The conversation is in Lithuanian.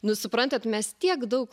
nu suprantat mes tiek daug